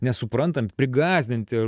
nesuprantant prigąsdinti